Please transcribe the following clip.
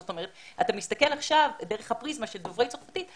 זאת אומרת אתה מסתכל עכשיו דרך הפריזמה של דוברי צרפתית,